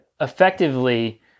effectively